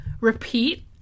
repeat